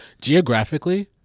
geographically